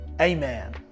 amen